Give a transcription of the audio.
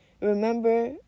Remember